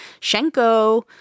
Shenko